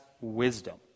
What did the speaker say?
wisdom